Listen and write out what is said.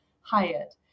Hyatt